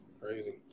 Crazy